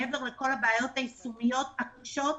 מעבר לכל הבעיות היישומיות הקשות,